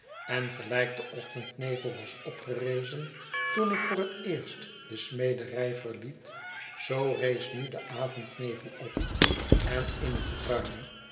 en gelijk deochtendnevel was opgerezen toen ik voor het eerst de smederij verliet zoo rees nu de avondnevel op en in het mime